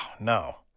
no